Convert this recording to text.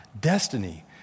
destiny